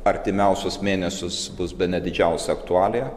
artimiausius mėnesius bus bene didžiausia aktualija